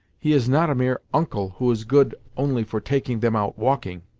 he is not a mere uncle who is good only for taking them out walking.